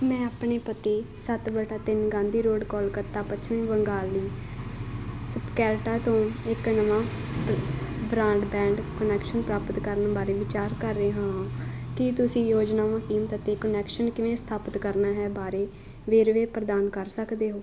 ਮੈਂ ਆਪਣੇ ਪਤੇ ਸੱਤ ਵਟਾ ਤਿੰਨ ਗਾਂਧੀ ਰੋਡ ਕੋਲਕਾਤਾ ਪੱਛਮੀ ਬੰਗਾਲ ਲਈ ਸਪ ਸਪਕੈਰਟਾ ਤੋਂ ਇੱਕ ਨਵਾਂ ਬ ਬ੍ਰਾਂਡਬੈਂਡ ਕੁਨੈਕਸ਼ਨ ਪ੍ਰਾਪਤ ਕਰਨ ਬਾਰੇ ਵਿਚਾਰ ਕਰ ਰਿਹਾ ਹਾਂ ਕੀ ਤੁਸੀਂ ਯੋਜਨਾਵਾਂ ਕੀਮਤ ਅਤੇ ਕੁਨੈਕਸ਼ਨ ਕਿਵੇਂ ਸਥਾਪਤ ਕਰਨਾ ਹੈ ਬਾਰੇ ਵੇਰਵੇ ਪ੍ਰਦਾਨ ਕਰ ਸਕਦੇ ਹੋ